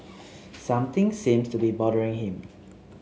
something seems to be bothering him